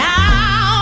now